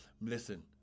Listen